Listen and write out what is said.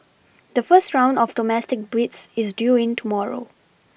the first round of domestic bids is due in tomorrow